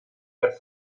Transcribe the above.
per